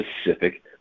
specific